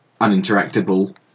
uninteractable